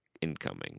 incoming